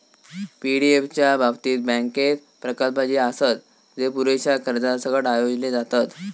पी.एफडीएफ च्या बाबतीत, बँकेत प्रकल्प जे आसत, जे पुरेशा कर्जासकट आयोजले जातत